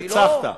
וניצחת.